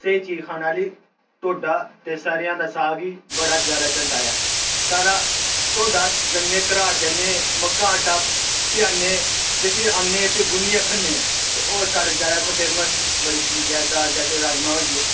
स्हेई चीज खाने आह्ली ढोड्डा ते सरेआं दा साग बड़ा जैदा चलदा ऐ साढ़ा ढोड्डा अस जन्ने घराट जन्ने मक्कां आटा पिहान्ने ते फ्ही आन्ने फ्ही गुन्नियै खन्ने ते होर साढ़े जैदा इत्थै फेमस बड़ी चीज ऐ दाल जैसे राजमांह् होई गे